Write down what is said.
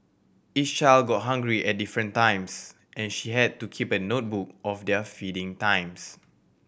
each child got hungry at different times and she had to keep a notebook of their feeding times